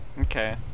Okay